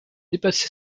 dépassé